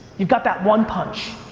you've got that one punch,